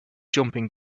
jumping